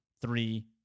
three